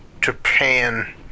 Japan